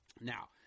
Now